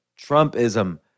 trumpism